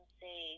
say